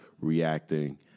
reacting